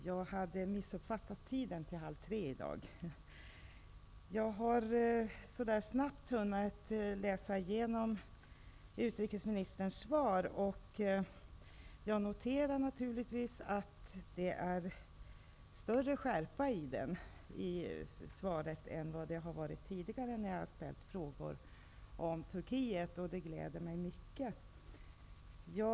Jag hade missuppfattat tiden och trodde att vi började 14.30 Jag har snabbt hunnit läsa igenom utrikesministerns svar, och jag noterar naturligtvis att det är större skärpa i det än vad det har varit i svar på frågor om Turkiet som jag har ställt tidigare. Det är mycket glädjande.